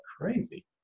crazy